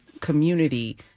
community